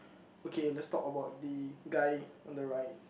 okay lets talk about the guy on the right